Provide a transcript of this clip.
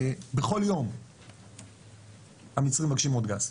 בכל יום המצרים מבקשים עוד גז.